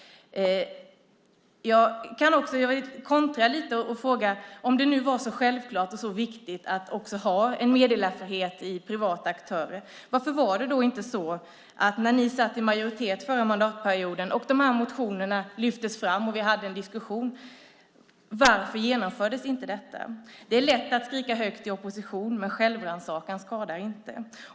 Jag kan kontra lite genom att ställa en fråga. Om det är så självklart och viktigt att ha en meddelarfrihet hos privata aktörer, varför genomfördes inte detta under förra mandatperioden när ni var i majoritet och motionerna väcktes och diskuterades? Det är lätt att skrika högt i opposition, men självrannsakan skadar inte.